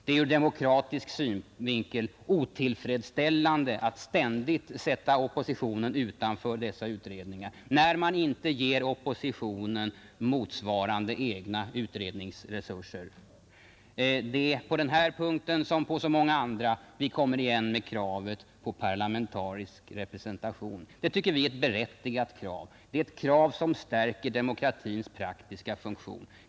Det är ur demokratisk synvinkel otillfredsställande att ständigt sätta oppositionen utanför dessa utredningar, när man inte ger oppositionen motsvarande egna utredningsresurser. Det är på den här punkten som på så många andra: Vi kommer igen med kravet på parlamentarisk representation. Det tycker vi är ett berättigat krav och ett krav som stärker demokratins praktiska funktion.